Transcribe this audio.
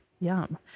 Yum